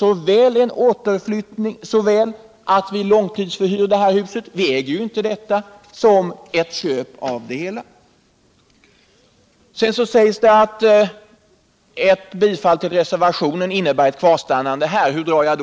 har alltså utretts, såväl att vi långtidshyr huset — vi äger det ju inte — som att vi köper det. Sedan undrar man hur jag kan dra slutsatsen att ett bifall till reservationen innebär ett kvarstannande här.